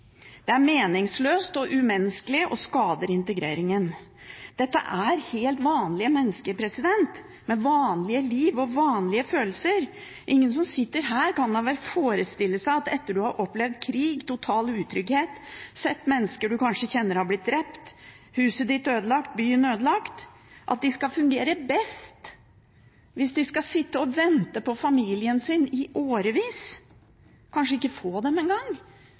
er meningsløst og umenneskelig og skader integreringen. Dette er helt vanlige mennesker, med vanlige liv og vanlige følelser. Ingen som sitter her, kan vel forestille seg at etter at de har opplevd krig, total utrygghet, sett at mennesker de kanskje kjenner, har blitt drept, fått huset sitt ødelagt, byen sin ødelagt, at de skal fungere best hvis de skal sitte og vente på familien sin i årevis, og kanskje ikke få dem